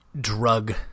drug